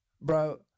bro